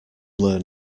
learn